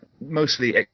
mostly